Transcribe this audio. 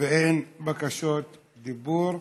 ואין בקשות דיבור.